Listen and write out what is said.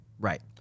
Right